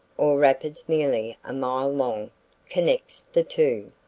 or rapids nearly a mile long connects the two.